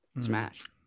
smash